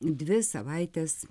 dvi savaites